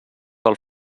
del